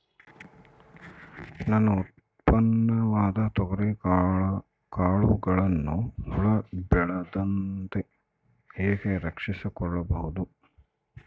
ನನ್ನ ಉತ್ಪನ್ನವಾದ ತೊಗರಿಯ ಕಾಳುಗಳನ್ನು ಹುಳ ಬೇಳದಂತೆ ಹೇಗೆ ರಕ್ಷಿಸಿಕೊಳ್ಳಬಹುದು?